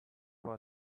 for